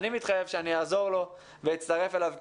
אני מתחייב שאעזור לו ואצטרף אליו,